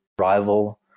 rival